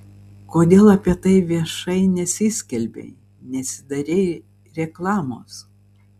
kodėl apie tai viešai nesiskelbei nesidarei reklamos